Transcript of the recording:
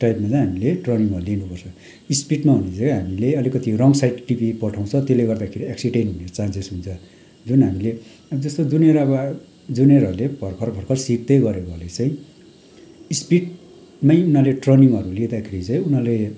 टाइपमा चाहिँ हामीले टर्निङहरू लिनु पर्छ स्पिडमा हो भने चाहिँ हामीले अलिकति रङ साइड टिपी पठाउँछ त्यसले गर्दाखेरि एक्सिडेन्ट हुने चान्सेस हुन्छ जुन हामीले अब जस्तो जुनियर अब जुनियरहरूले भर्खर भर्खर सिक्दै गरेकोहरूले चाहिँ स्पिडमै उनीहरूले टर्निङहरू लिँदाखेरि चाहिँ उनीहरूले